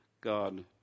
God